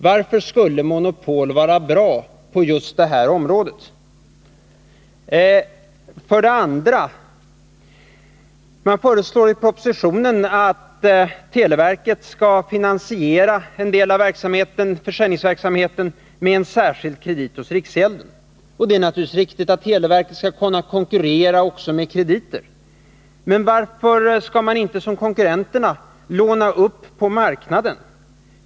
Varför skulle monopol vara bra på just detta område? Vidare föreslår han i propositionen att televerket skall finansiera en del av försäljningsverksamheten med en särskild kredit hos riksgäldskontoret. Det är naturligtvis riktigt att televerket skall kunna konkurrera också med krediter. Men varför skall man inte, som konkurrenterna, låna upp på marknaden?